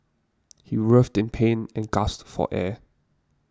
he writhed in pain and gasped for air